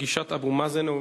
פגישת אבו מאזן או